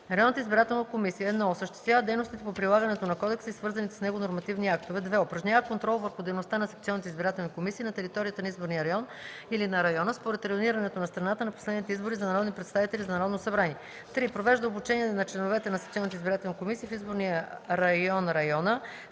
Районната избирателна комисия: 1. осъществява дейностите по прилагането на кодекса и свързаните с него нормативни актове; 2. упражнява контрол върху дейността на секционните избирателни комисии на територията на изборния район или на района според районирането на страната на последните избори за народни представители за Народно събрание; 3. провежда обучение на членовете на секционните избирателни комисии в изборния район (района),